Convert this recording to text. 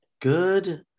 good